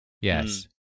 Yes